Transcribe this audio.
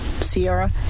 Sierra